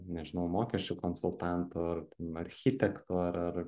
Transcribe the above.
nežinau mokesčių konsultanto ar architekto ar ar